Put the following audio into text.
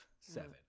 seven